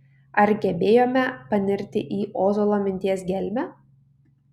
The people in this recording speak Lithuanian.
ar gebėjome panirti į ozolo minties gelmę